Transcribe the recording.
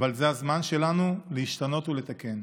אבל זה הזמן שלנו להשתנות ולתקן.